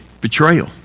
betrayal